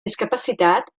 discapacitat